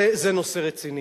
זה נושא רציני.